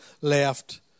left